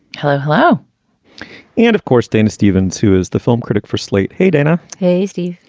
hello. hello and of course, dana stevens, who is the film critic for slate. hey, dana hasty.